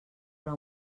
però